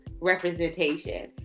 representation